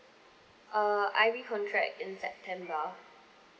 err I re-contract in september